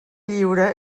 lliure